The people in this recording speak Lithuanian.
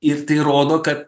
ir tai rodo kad